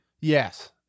Yes